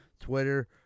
Twitter